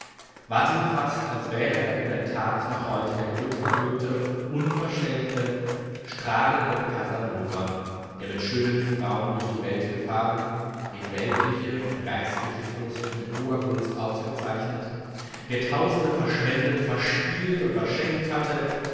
ward ihm fast als wäre er in der tat noch heute der glückverwöhnte unverschämte strahlende casanova der mit schönen frauen durch die welt gefahren den weltliche und geistliche fürsten mit hoher gunst ausgezeichnet der tausende verschwendet verspielt und verschenkt hatte